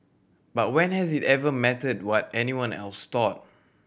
but when has it ever mattered what anyone else thought